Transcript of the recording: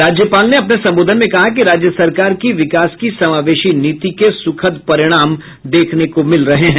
राज्यपाल ने अपने संबोधन में कहा कि राज्य सरकार की विकास की समावेशी नीति के सुखद परिणाम देखने को मिल रहे हैं